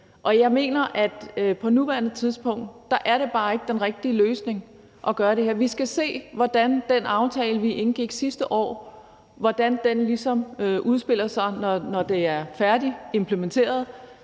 bare ikke, at det på nuværende tidspunkt er den rigtige løsning at gøre det her. Vi skal se, hvordan den aftale, vi indgik sidste år, udspiller sig, når den er færdigimplementeret,